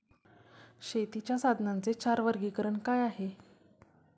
शेतीच्या साधनांचे चार वर्गीकरण काय आहे?